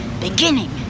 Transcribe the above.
beginning